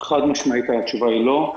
חד-משמעית התשובה היא לא.